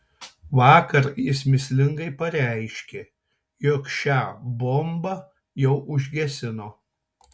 vakar jis mįslingai pareiškė jog šią bombą jau užgesino